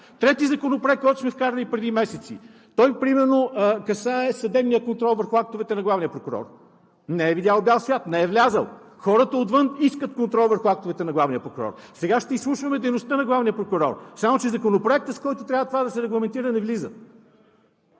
Третият законопроект, който сме вкарали преди месеци, той примерно касае съдебния контрол върху актовете на главния прокурор – не е видял бял свят, не е влязъл! Хората отвън искат контрол върху актовете на главния прокурор. Сега ще изслушваме дейността на главния прокурор, само че законопроектът, с който това трябва да се регламентира, не влиза!